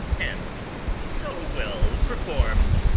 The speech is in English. and so well perform'd?